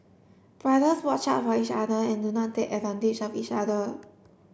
brothers watch out for each other and do not take advantage of each other